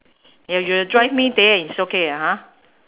if you drive me there it's okay lah ha